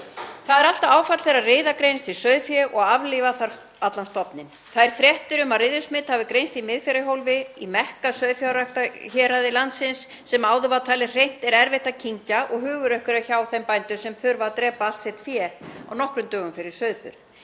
Það er alltaf áfall þegar riða greinist í sauðfé og aflífa þarf allan stofninn. Þeim fréttum að riðusmit hafi greinst í Miðfjarðarhólfi, í Mekka sauðfjárræktarhéraða landsins, sem áður var talið hreint, er erfitt að kyngja og hugur okkar er hjá þeim bændum sem þurfa að drepa allt sitt fé á nokkrum dögum fyrir sauðburð.